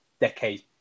decades